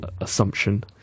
assumption